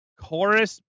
chorus